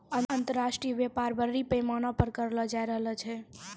अन्तर्राष्ट्रिय व्यापार बरड़ी पैमाना पर करलो जाय रहलो छै